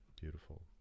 beautiful